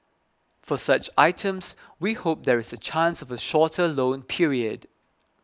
for such items we hope there is a chance of a shorter loan period